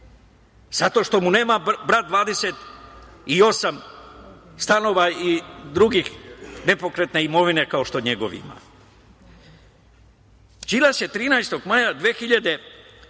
Zato što mu nema brat 28 stanova i druge nepokretne imovine, kao što njegov ima. Đilas je 13. maja 2018.